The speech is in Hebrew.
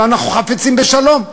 אבל אנחנו חפצים בשלום.